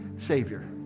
savior